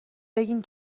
بگین